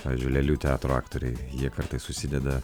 pavyzdžiui lėlių teatro aktoriai jie kartais užsideda